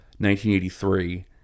1983